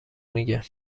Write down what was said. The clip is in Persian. میگه